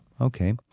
Okay